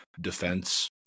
defense